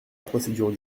procédure